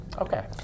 okay